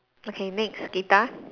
okay next guitar